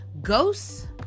ghosts